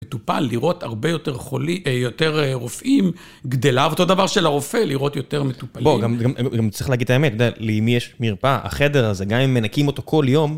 מטופל לראות הרבה יותר חולי, יותר רופאים, גדליו אותו דבר של הרופא, לראות יותר מטופלים. בוא, גם צריך להגיד את האמת, למי יש מרפאה, החדר הזה, גם אם מנקים אותו כל יום...